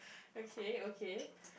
okay okay